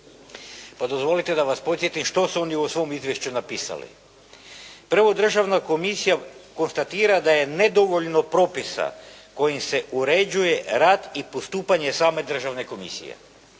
pa dozvolite da vas podsjetim što su oni u svom izvješću napisali. Prvo, Državna komisija konstatira da je nedovoljno propisa kojim se uređuje rad i postupanje same Državne komisije.